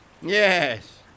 Yes